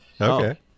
Okay